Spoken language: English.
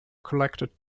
collected